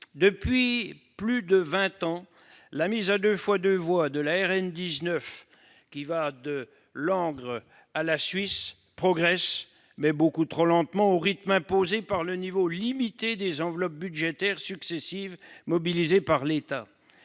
Depuis plus de vingt ans, la mise à deux fois deux voies de la route nationale 19, qui va de Langres à la Suisse, progresse trop lentement, au rythme imposé par le niveau limité des enveloppes budgétaires successives mobilisées par l'État.